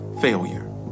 failure